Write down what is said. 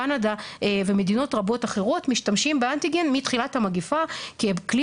קנדה ומדינות רבות אחרות משתמשות באנטיגן מתחילת המגיפה ככלי